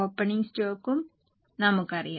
opening സ്റ്റോക്കും നമുക്കറിയാം